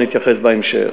אני אתייחס בהמשך.